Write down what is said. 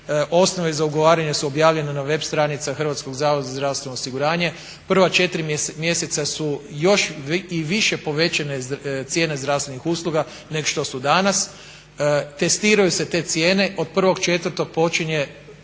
Osnove za ugovaranje su objavljene na web stranicama HZZO-a. Prva 4 mjeseca su još i više povećane cijene zdravstvenih usluga nego što su danas. Testiraju se te cijene, od 1.4. počinje